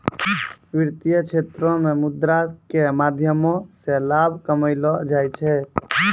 वित्तीय क्षेत्रो मे मुद्रा के माध्यमो से लाभ कमैलो जाय छै